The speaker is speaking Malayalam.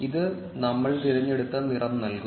ഇത് നമ്മൾ തിരഞ്ഞെടുത്ത നിറം നൽകും